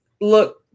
look